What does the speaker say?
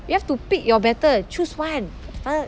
you have to pick your battle choose one what the fuck